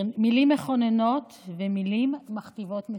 מילים מכוננות ומילים מכתיבות מציאות.